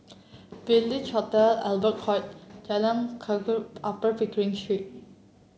Village Hotel Albert Court Jalan Rakit Upper Pickering Street